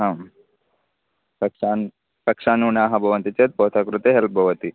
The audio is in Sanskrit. आम् कक्षाः कक्षानुगुणाः भवन्ति चेत् भवतः कृते हेल्प् भवति